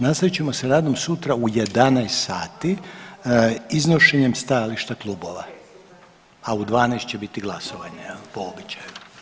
Nastavit ćemo sa radom sutra u 11,00 sati iznošenjem stajališta klubova, a u 12,00 će biti glasovanje, po običaju.